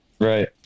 right